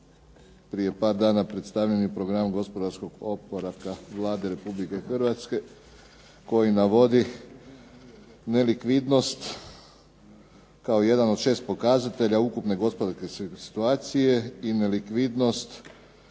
prije par dana predstavljeni program gospodarskog oporavka Vlade Republike Hrvatske koji navodi nelikvidnost kao jedan od šest pokazatelja ukupne gospodarske situacije i nelikvidnost